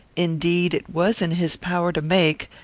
indeed, it was in his power to make,